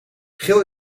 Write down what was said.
geel